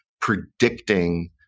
predicting